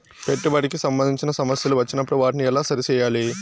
పెట్టుబడికి సంబంధించిన సమస్యలు వచ్చినప్పుడు వాటిని ఎలా సరి చేయాలి?